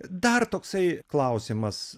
dar toksai klausimas